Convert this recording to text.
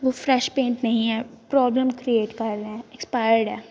ਵੋ fresh paint ਨਹੀਂ ਹੈ ਪ੍ਰੋਬਲਮ ਕ੍ਰੀਏਟ ਕਰ ਰਹੇ ਐਕਸਪਾਇਰਡ ਹੈ